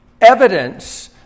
evidence